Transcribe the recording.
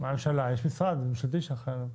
יש משרד ממשלתי שאחראי עליו.